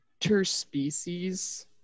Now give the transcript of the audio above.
Interspecies